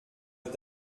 est